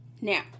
now